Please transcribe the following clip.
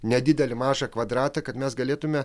nedidelį mažą kvadratą kad mes galėtume